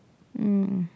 um